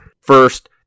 First